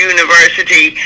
University